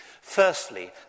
Firstly